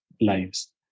lives